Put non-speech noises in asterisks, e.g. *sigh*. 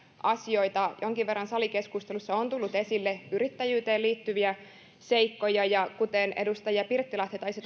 asioita jonkin verran salikeskustelussa on tullut esille yrittäjyyteen liittyviä seikkoja ja kuten edustaja pirttilahti taisi *unintelligible*